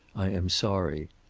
i am sorry.